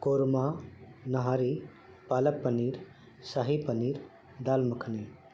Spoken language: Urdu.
قورمہ نہاری پالک پنیر صحی پنیر دال مکھنی